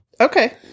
Okay